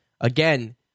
again